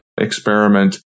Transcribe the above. experiment